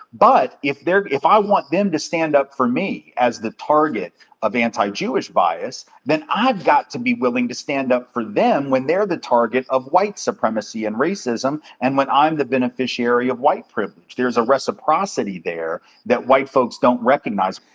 but if i want them to stand up for me as the target of anti-jewish bias, then i've got to be willing to stand up for them when they're the target of white supremacy and racism and when i'm the beneficiary of white privilege. there's a reciprocity there that white folks don't recognize.